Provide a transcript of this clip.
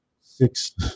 six